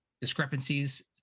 Discrepancies